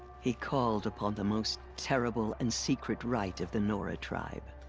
he called upon the most. terrible, and secret rite of the nora tribe.